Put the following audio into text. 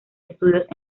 estudios